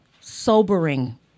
sobering